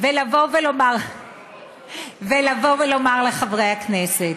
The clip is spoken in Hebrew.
ולבוא ולומר לחברי הכנסת,